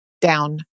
down